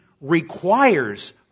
requires